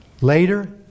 Later